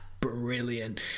brilliant